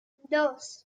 dos